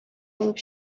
булып